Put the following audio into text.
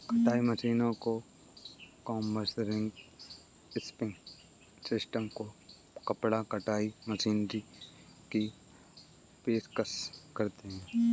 कताई मशीनों को कॉम्बर्स, रिंग स्पिनिंग सिस्टम को कपड़ा कताई मशीनरी की पेशकश करते हैं